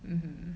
um